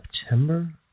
September